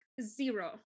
zero